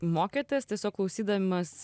mokėtės tiesiog klausydamas